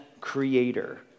creator